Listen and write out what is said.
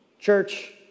church